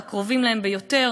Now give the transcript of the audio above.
בקרובים להם ביותר,